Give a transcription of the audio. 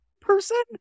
person